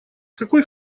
какой